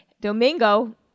Domingo